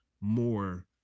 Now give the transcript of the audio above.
more